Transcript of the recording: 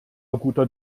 guter